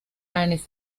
eines